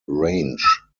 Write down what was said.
range